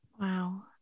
Wow